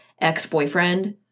ex-boyfriend